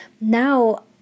now